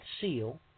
seal